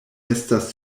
estas